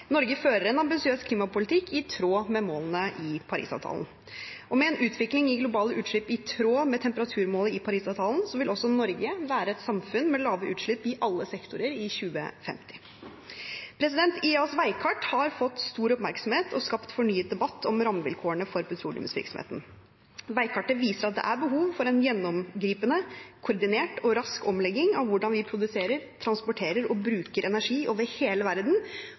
Norge fører en ambisiøs klimapolitikk i tråd med målene i Parisavtalen. Med en utvikling i globale utslipp i tråd med temperaturmålet i Parisavtalen vil også Norge være et samfunn med lave utslipp i alle sektorer i 2050. IEAs veikart har fått stor oppmerksomhet og skapt fornyet debatt om rammevilkårene for petroleumsvirksomheten. Veikartet viser at det er behov for en gjennomgripende, koordinert og rask omlegging av hvordan vi produserer, transporterer og bruker energi over hele verden